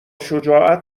شجاعت